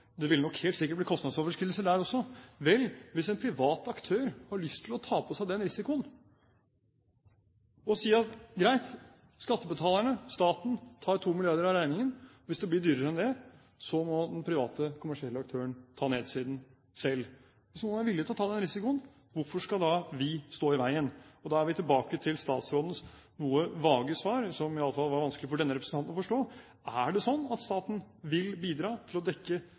Det vil kunne stå ferdig før man stikker spaden i jorden på et fullskalaanlegg på Mongstad. Det er også verdt å ta med seg i den sammenhengen. Så representanten Serigstad Valen var bekymret for at det ville nok helt sikkert bli kostnadsoverskridelser der også. Vel, hvis en privat aktør har lyst til å ta på seg den risikoen og sier at greit skattebetalerne, staten, tar 2 mrd. kr av regningen, og hvis det blir dyrere enn det, må den private kommersielle aktøren ta nedsiden selv. Hvis noen er villig til å ta den risikoen, hvorfor skal vi da stå i veien? Da er vi tilbake til